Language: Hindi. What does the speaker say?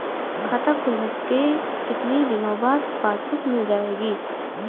खाता खोलने के कितनी दिनो बाद पासबुक मिल जाएगी?